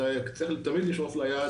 תמיד יש את היעד,